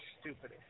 stupid